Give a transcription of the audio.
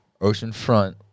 oceanfront